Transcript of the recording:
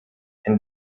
and